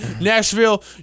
Nashville